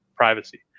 privacy